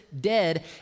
dead